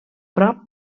prop